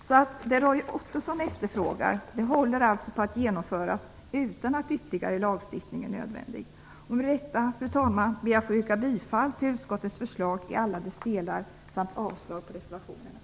Det som Roy Ottosson efterfrågar håller alltså på att genomföras utan att ytterligare lagstiftning är nödvändig. Med detta, fru talman, ber jag att få yrka bifall till utskottets förslag i alla dess delar samt avslag på reservationerna.